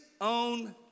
own